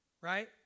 right